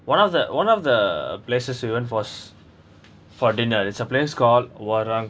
one of the one of the places we went for was for dinner it's a place called walang